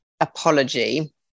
apology